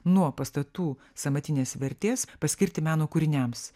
nuo pastatų sąmatinės vertės paskirti meno kūriniams